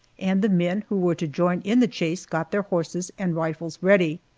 and the men who were to join in the chase got their horses and rifles ready.